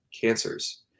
cancers